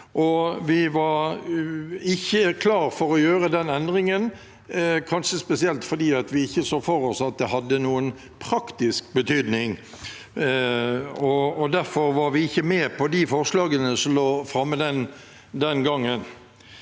Vi var ikke klar for å gjøre den endringen, kanskje spesielt fordi vi ikke så for oss at det hadde noen praktisk betydning. Derfor var vi ikke med på de forslagene som lå framme den gangen.